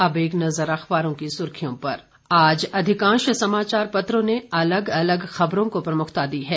और अब एक नजर अखबारों की सुर्खियों पर आज अधिकांश समाचार पत्रों ने अलग अलग खबरों को प्रमुखता दी है